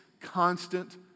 constant